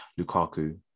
Lukaku